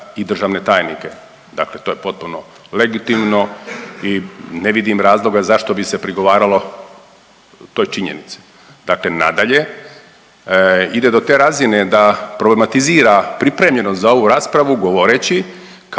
i državne tajnike. Dakle, to je potpuno legitimno i ne vidim razloga zašto bi se prigovaralo toj činjenici. Dakle nadalje ide do te razine da problematizira pripremljenost za ovu raspravu govoreći kako